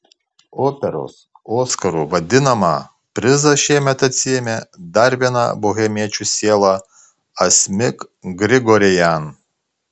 operos oskaru vadinamą prizą šiemet atsiėmė dar viena bohemiečių siela asmik grigorian